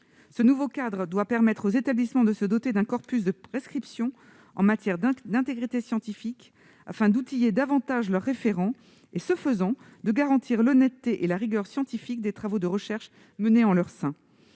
Ce nouveau cadre doit permettre aux établissements de se doter d'un corpus de prescriptions en matière d'intégrité scientifique, afin d'outiller davantage leurs référents et, ce faisant, de garantir l'honnêteté et la rigueur scientifique des travaux de recherche menés en leur sein.